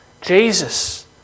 Jesus